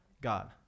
God